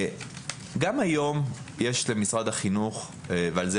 גם היום יש למשרד החינוך וכל זה,